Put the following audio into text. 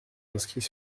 inscrits